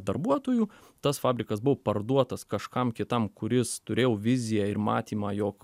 darbuotojų tas fabrikas buvo parduotas kažkam kitam kuris turėjo viziją ir matymą jog